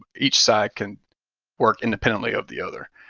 each side can work independently of the other.